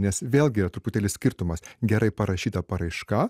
nes vėlgi yra truputėlį skirtumas gerai parašyta paraiška